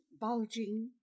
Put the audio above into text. bulging